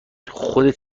خودت